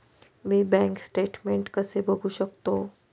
मी bank statement कसे बघू शकतो?